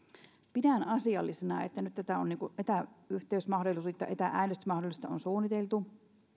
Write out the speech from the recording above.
pidän asiallisena että nyt tätä etäyhteysmahdollisuutta ja etä äänestysmahdollisuutta on suunniteltu